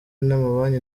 n’amabanki